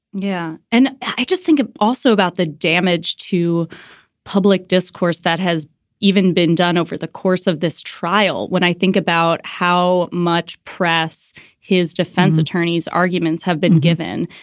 yeah, and i just think it's also about the damage to public discourse that has even been done over the course of this trial, when i think about how much press his defense attorneys arguments have been given,